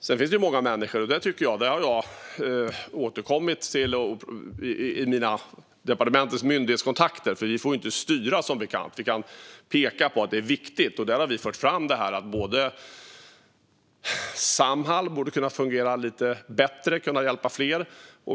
Departementet får som bekant inte styra myndigheterna, men i våra myndighetskontakter har vi pekat på sådant som är viktigt. Här har vi fört fram att Samhall borde kunna fungera lite bättre och hjälpa fler.